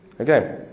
Okay